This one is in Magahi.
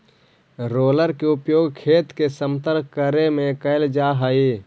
रोलर के उपयोग खेत के समतल करे में कैल जा हई